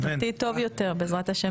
עתיד טוב יותר בעזרת ה'.